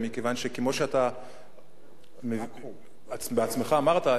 מכיוון שכמו שאתה בעצמך אמרת,